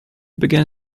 began